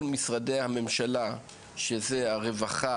כי אם אומר משרד החינוך שאין בעיה,